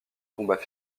combats